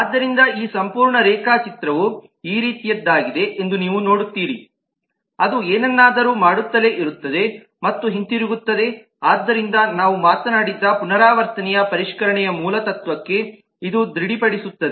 ಆದ್ದರಿಂದ ಈ ಸಂಪೂರ್ಣ ರೇಖಾಚಿತ್ರವು ಈ ರೀತಿಯದ್ದಾಗಿದೆ ಎಂದು ನೀವು ನೋಡುತ್ತೀರಿ ಅದು ಏನನ್ನಾದರೂ ಮಾಡುತ್ತಲೇ ಇರುತ್ತದೆ ಮತ್ತು ಹಿಂತಿರುಗುತ್ತದೆ ಆದ್ದರಿಂದ ನಾವು ಮಾತನಾಡಿದ್ದ ಪುನರಾವರ್ತನೆಯ ಪರಿಷ್ಕರಣೆಯ ಮೂಲ ತತ್ವಕ್ಕೆ ಇದು ದೃಢಪಡಿಸುತ್ತದೆ